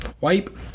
wipe